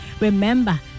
remember